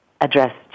address